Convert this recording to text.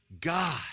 God